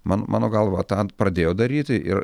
man mano galva tą pradėjo daryti ir